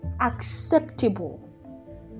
acceptable